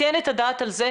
ניתן את הדעת על זה.